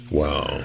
wow